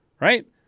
right